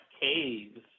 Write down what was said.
caves